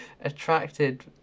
attracted